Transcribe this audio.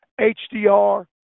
HDR